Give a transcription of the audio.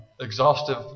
exhaustive